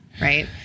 right